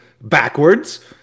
backwards